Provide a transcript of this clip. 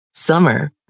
Summer